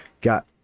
got